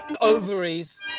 ovaries